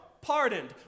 pardoned